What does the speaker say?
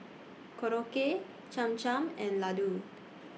Korokke Cham Cham and Ladoo